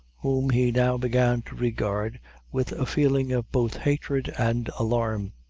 whom he now began to regard with a feeling of both hatred and alarm.